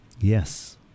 yes